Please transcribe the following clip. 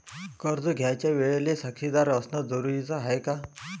कर्ज घ्यायच्या वेळेले साक्षीदार असनं जरुरीच हाय का?